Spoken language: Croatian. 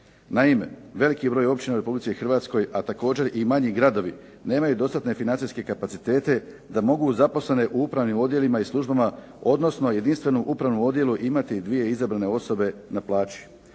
Naime, veliki je broj općina u Republici Hrvatskoj, a također i manji gradovi nemaju dostatne financijske kapacitete da mogu zaposlene u upravnim odjelima i službama, odnosno jedinstveno u upravnom odjelu imati dvije izabrane osobe na plaći.